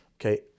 Okay